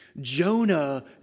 Jonah